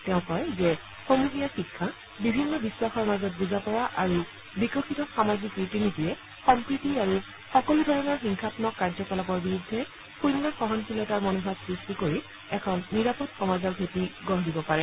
তেওঁ কয় যে সমূহীয়া শিক্ষা বিভিন্ন বিখাসৰ মাজত বুজাপৰা আৰু বিকশিত সামাজিক ৰীতি নীতিয়ে সম্প্ৰীতি আৰু সকলো ধৰণৰ হিংসাম্মক কাৰ্য্য কলাপৰ বিৰুদ্ধে শৃণ্য সহনশীলতাৰ সৃষ্টি কৰি এখন নিৰাপদ সমাজৰ ভেঁটি গঢ় দিব পাৰে